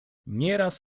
nieraz